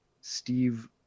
Steve